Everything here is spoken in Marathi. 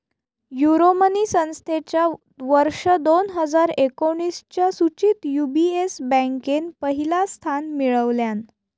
यूरोमनी संस्थेच्या वर्ष दोन हजार एकोणीसच्या सुचीत यू.बी.एस बँकेन पहिला स्थान मिळवल्यान